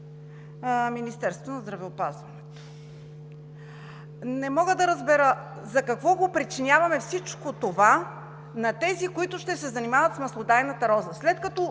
Министерството на здравеопазването. Не мога да разбера за какво причиняваме всичко това на тези, които ще се занимават с маслодайната роза.